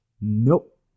Nope